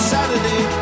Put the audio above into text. Saturday